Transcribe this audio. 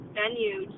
venue